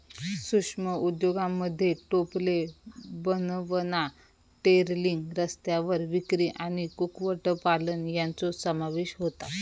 सूक्ष्म उद्योगांमध्ये टोपले बनवणा, टेलरिंग, रस्त्यावर विक्री आणि कुक्कुटपालन यांचो समावेश होता